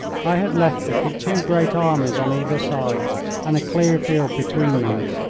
i had left it with two great armies on either side and a clear field between them.